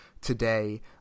today